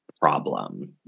problem